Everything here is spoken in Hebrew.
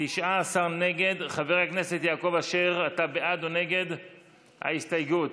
אשר, אתה בעד או נגד ההסתייגות?